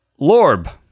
LORB